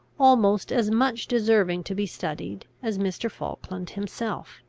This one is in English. almost as much deserving to be studied as mr. falkland himself.